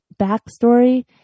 backstory